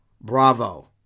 Bravo